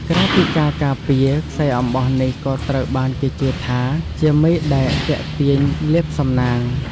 ក្រៅពីការការពារ ខ្សែអំបោះនេះក៏ត្រូវបានគេជឿថាជា មេដែកទាក់ទាញលាភសំណាង។